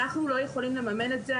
אנחנו לא יכולים לממן את זה.